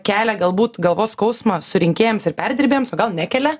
kelia galbūt galvos skausmą surinkėjams ir perdirbėjams o gal nekelia